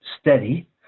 steady